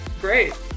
Great